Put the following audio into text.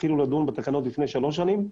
התחילו לדון בתקנות לפני שלוש שנים.